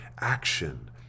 action